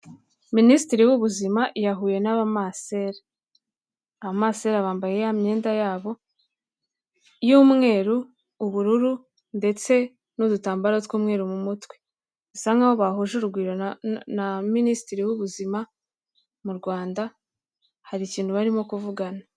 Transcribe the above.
Minisitiri w'ubuzima yahuye n'abamasera, abamasera bambaye ya myenda ya bo y'umweru, ubururu ndetse n'udutambaro tw'umweru mu mutwe, bisa nka ho bahuje urugwiro na Minisitiri w'ubuzima mu Rwanda hari ikintu barimo kuvugana.